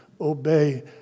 obey